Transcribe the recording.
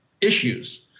issues